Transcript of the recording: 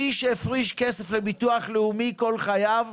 מי שהפריש כסף לביטוח לאומי כל חייו,